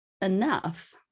enough